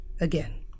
again